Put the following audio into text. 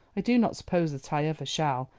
i do not suppose that i ever shall,